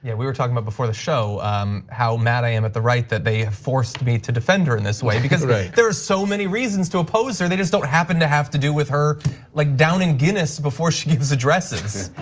yeah we were talking about before the show how mad i am at the right that they forced me to defend her in this way. because there are so many reasons to oppose her, they just don't happen to have to do with her like downing guinness before she gives addresses.